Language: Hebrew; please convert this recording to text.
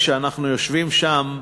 כשאנחנו יושבים שם,